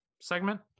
segment